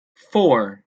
four